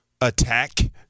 attack